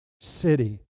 city